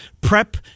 Prep